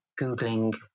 Googling